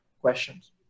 questions